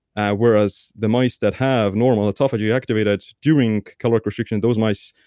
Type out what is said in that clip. ah whereas the mice that have normal autophagy activated during caloric restriction, those mice,